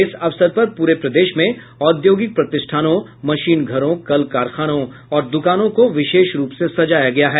इस अवसर पर पूरे प्रदेश में औद्योगिक प्रतिष्ठानों मशीन घरों कल कारखानों और दुकानों को विशेष रूप से सजाया गया है